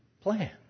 plan